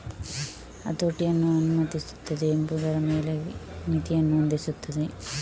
ಹತೋಟಿಯನ್ನು ಅನುಮತಿಸುತ್ತದೆ ಎಂಬುದರ ಮೇಲೆ ಮಿತಿಯನ್ನು ಹೊಂದಿಸುತ್ತದೆ